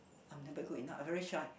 I never good enough I very shy